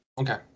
Okay